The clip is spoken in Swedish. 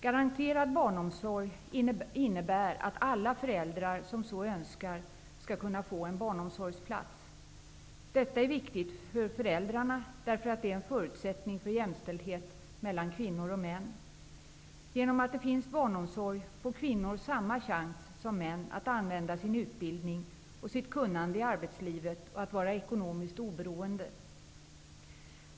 Garanterad barnomsorg innebär att alla föräldrar som så önskar skall kunna få en barnomsorgsplats. Detta är viktigt för föräldrarna, därför att det är en förutsättning för jämställdhet mellan kvinnor och män. Genom att det finns barnomsorg får kvinnor samma chans som män att använda sin utbildning och sitt kunnande i arbetslivet och att vara ekonomiskt oberoende.